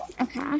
Okay